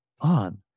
on